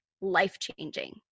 life-changing